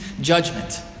judgment